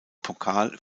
pokal